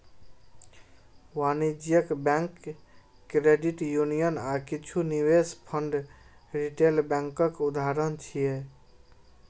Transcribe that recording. वाणिज्यिक bank, credit union आ किछु निवेश फंड रिटेल बैंकक उदाहरण छियै